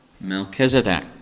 Melchizedek